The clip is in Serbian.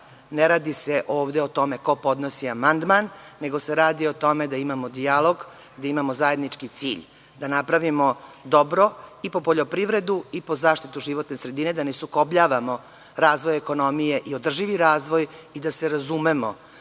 Ne radi se o tome ko podnosi amandman, nego se radi o tome da imamo dijalog, da imamo zajednički cilj, da napravimo dobro i po poljoprivredu i po zaštitu životne sredine, da ne sukobljavamo razvoj ekonomije i održivi razvoj i da se razumemo,